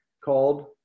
called